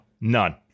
None